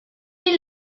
est